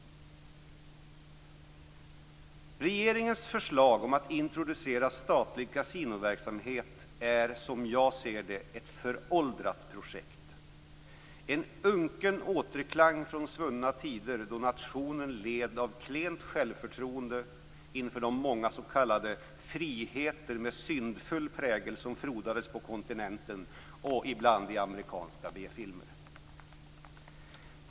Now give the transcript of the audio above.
Regeringens förslag om att introducera statlig kasinoverksamhet är, som jag ser det, ett föråldrat projekt, en unken återklang från svunna tider, då nationen led av klent självförtroende inför de många s.k. friheter med syndfull prägel som frodades på kontinenten och ibland i amerikanska b-filmer.